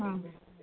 आं